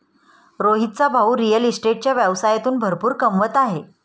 रोहितचा भाऊ रिअल इस्टेटच्या व्यवसायातून भरपूर कमवत आहे